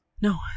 No